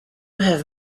have